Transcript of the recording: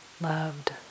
loved